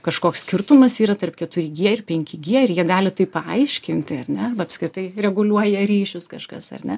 kažkoks skirtumas yra tarp keturi g ir penki g ir jie gali tai paaiškinti ar ne apskritai reguliuoja ryšius kažkas ar ne